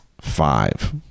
five